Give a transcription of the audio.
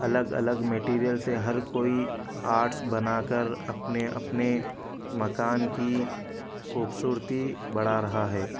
الگ الگ میٹریل سے ہر کوئی آرٹس بنا کر اپنے اپنے مکان کی خوبصورتی بڑھا رہا ہے